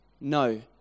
no